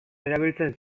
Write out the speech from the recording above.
erabiltzen